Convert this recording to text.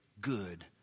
good